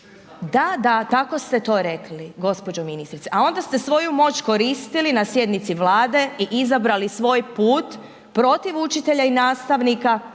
da, da, tako ste to rekli gđo. ministrice, a onda ste svoju moć koristili na sjednici Vlade i izabrali svoj put protiv učitelja i nastavnika